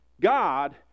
God